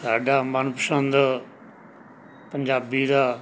ਸਾਡਾ ਮਨਪਸੰਦ ਪੰਜਾਬੀ ਦਾ